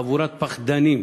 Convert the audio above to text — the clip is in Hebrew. חבורת פחדנים,